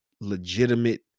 legitimate